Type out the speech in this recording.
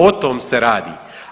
O tom se radi.